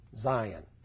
Zion